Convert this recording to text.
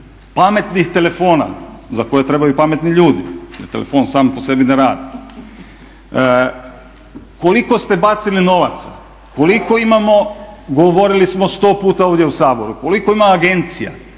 pametnih telefona za koje trebaju pametni ljudi jer telefon sam po sebi ne radi koliko ste bacili novaca, koliko imamo, govorili smo 100 puta ovdje u Saboru koliko ima agencija,